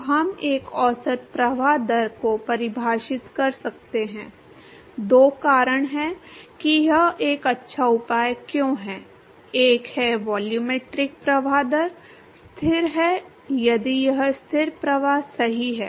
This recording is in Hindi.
तो हम एक औसत प्रवाह दर को परिभाषित कर सकते हैं दो कारण हैं कि यह एक अच्छा उपाय क्यों है एक है वॉल्यूमेट्रिक प्रवाह दर स्थिर है यदि यह स्थिर प्रवाह सही है